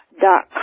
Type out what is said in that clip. dot